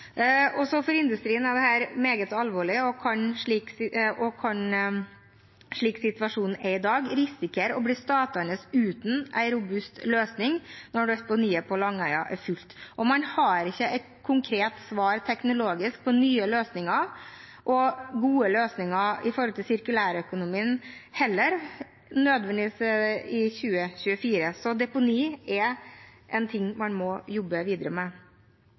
Også for industrien er dette meget alvorlig, og man kan, slik situasjonen er i dag, risikere å bli stående uten en robust løsning når deponiet på Langøya er fullt. Man har nødvendigvis heller ikke i 2024 et konkret teknologisk svar på nye løsninger – og gode løsninger – i forhold til sirkulærøkonomien, så deponi er en ting man må jobbe videre med.